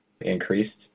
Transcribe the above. increased